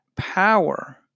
power